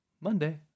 Monday